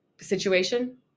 situation